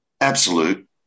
absolute